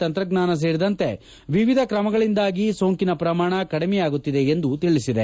ತಂತ್ರಜ್ಞಾನ ಸೇರಿದಂತೆ ವಿವಿಧ ಕ್ರಮಗಳಿಂದಾಗಿ ಸೋಂಕಿ ಪ್ರಮಾಣ ಕಡಿಮೆಯಾಗುತ್ತಿದೆ ಎಂದು ತಿಳಿಸಿದೆ